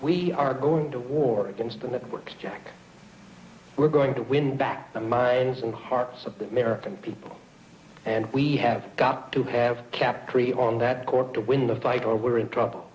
we are going to war against in the works jack we're going to win back the minds and hearts of the american people and we have got to have kept on that court to win the fight or we're in trouble